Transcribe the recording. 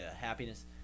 happiness